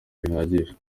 bihagije